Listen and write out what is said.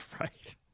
right